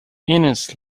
ines